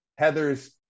Heathers